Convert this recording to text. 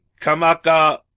Kamaka